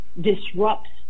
disrupts